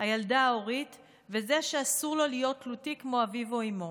הילדה ההורית וזה שאסור לו להיות תלותי כמו אביו או אימו.